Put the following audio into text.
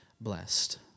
blessed